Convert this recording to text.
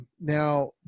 Now